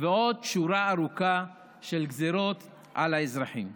ועוד שורה ארוכה של גזרות על האזרחים.